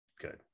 Good